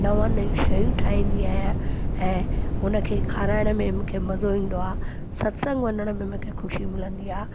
नवां नयूं शयूं ठाहींदी आहियां ऐं हुन खे खाराइण में मूंखे मज़ो ईंदो आहे सत्संग वञण में मूंखे मिलंदी आहे